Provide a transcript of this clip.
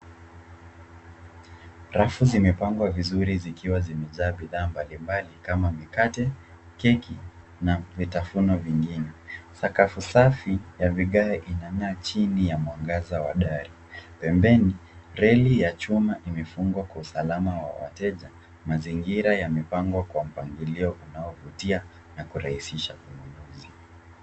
Rafu zimepangwa vizuri zikiwa zimejaa bidhaa mbalimbali kama mikate, keki na vitafunwa vingine. Sakafu safi ya vigae inang'aa chini ya mwangaza wa dari. Pembeni, reli ya chuma imefungwa kwa usalama wa wateja. Mazingira yamepangwa kwa mpangilio unaovutia na kurahisisha ununuzi.